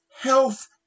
health